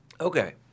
okay